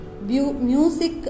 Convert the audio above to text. music